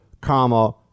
comma